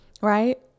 Right